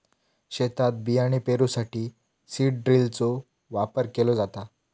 शेतात बियाणे पेरूसाठी सीड ड्रिलचो वापर केलो जाता